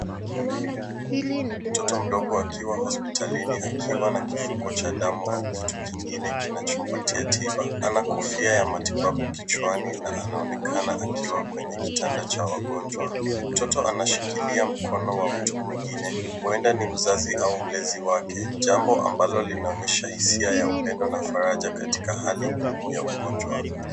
Mtoto mdogo akiwa hospitalini akiwa na kifuko cha damu au kitu kingine kinachompatia tiba. Ana kofia ya matibabu kichwani na anaonekana akiwa kwenye kitanda cha wagonjwa. Mtoto anashikilia mkono wa mtu mwingine, huenda ni mzazi au mlezi wake, jambo ambalo linaonyesha hisia ya upendo na faraja katika hali ngumu ya ugonjwa.